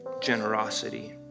generosity